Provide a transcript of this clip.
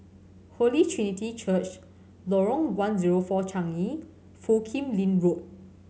Holy Trinity Church Lorong One Zero Four Changi and Foo Kim Lin Road